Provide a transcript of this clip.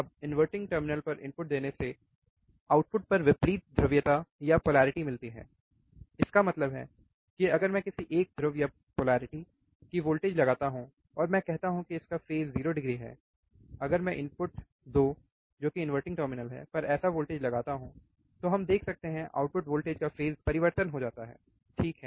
अब इनवर्टिंग टर्मिनलों पर इनपुट देने से आउटपुट पर विपरीत ध्रुवीयता मिलती है इसका मतलब है कि अगर मैं किसी एक ध्रुव का वोल्टेज लगाता हूं और मैं कहता हूं कि इसका फेज़ 0 डिग्री है अगर मैं इनपुट 2 जो कि इनवर्टिंग टर्मिनल है पर ऐसा वोल्टेज लगाता हूं तो हम देख सकते हैं आउटपुट वोल्टेज का फेज़ परिवर्तन हो जाता है ठीक है